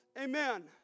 Amen